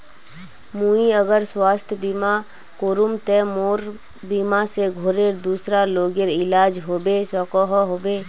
मुई अगर स्वास्थ्य बीमा करूम ते मोर बीमा से घोरेर दूसरा लोगेर इलाज होबे सकोहो होबे?